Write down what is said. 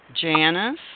Janice